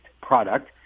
product